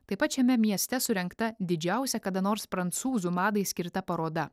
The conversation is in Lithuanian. taip pat šiame mieste surengta didžiausia kada nors prancūzų madai skirta paroda